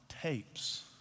tapes